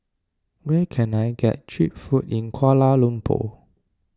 where can I get Cheap Food in Kuala Lumpur